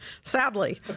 sadly